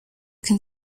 can